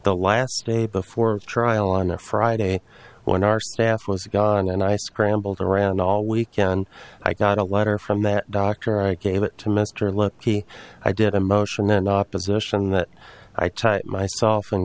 the last day before trial on a friday when our staff was gone and i scrambled around all weekend i got a letter from that doctor i gave it to mr libby i did a motion in opposition that i typed myself and